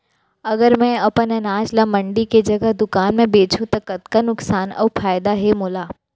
अगर मैं अपन अनाज ला मंडी के जगह दुकान म बेचहूँ त कतका नुकसान अऊ फायदा हे मोला?